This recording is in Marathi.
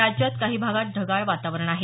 राज्यात काही भागात ढगाळ वातावरण आहे